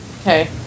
Okay